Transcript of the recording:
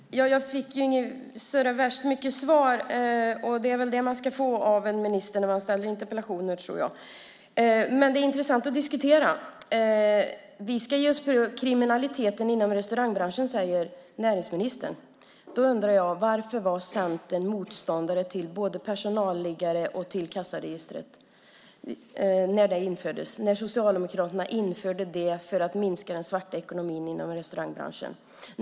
Fru talman! Jag fick inte så värst mycket till svar, och det är ju det man ska få av en minister när man ställer interpellationer. Det är dock intressant att diskutera. Vi ska ge oss på kriminaliteten inom restaurangbranschen, säger näringsministern. Därför undrar jag: Varför var Centern motståndare till både personalliggare och kassaregister när Socialdemokraterna införde dem för att minska den svarta ekonomin inom restaurangbranschen?